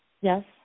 Yes